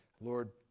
Lord